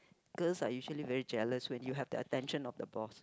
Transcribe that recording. girls are usually very jealous when you have the attention of the boss